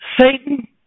Satan